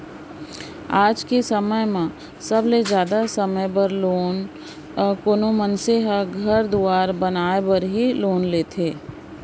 आज के समय म सबले जादा समे बर कोनो मनसे ह घर दुवार बनाय बर ही लोन लेथें